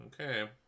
Okay